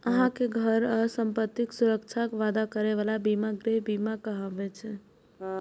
अहांक घर आ संपत्तिक सुरक्षाक वादा करै बला बीमा गृह बीमा कहाबै छै